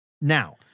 Now